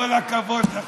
כל הכבוד לך.